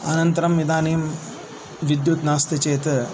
अनन्तरम् इदानीं विद्युत् नास्ति चेत्